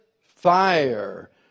fire